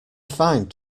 find